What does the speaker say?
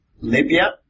Libya